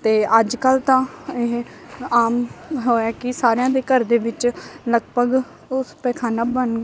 ਅਤੇ ਅੱਜ ਕੱਲ੍ਹ ਤਾਂ ਇਹ ਆਮ ਹੋਇਆ ਕਿ ਸਾਰਿਆਂ ਦੇ ਘਰ ਦੇ ਵਿੱਚ ਲਗਭਗ ਉਸ ਪਖਾਨਾ ਬਣ